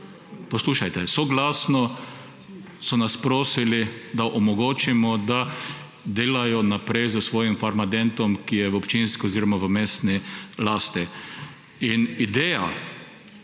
poslušajte, soglasno so nas prosili, da omogočimo, da delajo naprej s svojim Farmadentom, ki je v občinski oziroma v mestni lasti. Ideja,